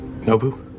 Nobu